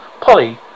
Polly